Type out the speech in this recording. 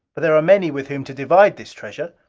but there are many with whom to divide this treasure.